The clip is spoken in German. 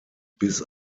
bis